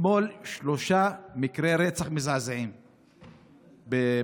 אתמול שלושה מקרי רצח מזעזעים בבאקה,